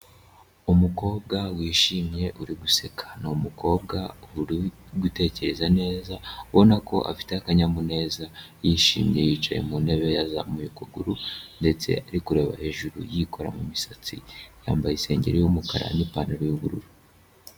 Umukobwa wishimye uri guseka, ni umukobwa uri gutekereza neza ubona ko afite akanyamuneza. Yishimye yicaye mu ntebe yazamuye ukuguru ndetse ari kureba hejuru yikora mu misatsi, yambaye isengeri y'umukara n'ipantaro y'ubururu.